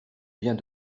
vient